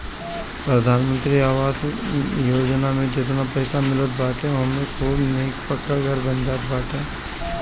प्रधानमंत्री आवास योजना में जेतना पईसा मिलत बाटे ओमे खूब निक पक्का घर बन जात बाटे